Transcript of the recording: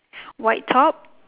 white top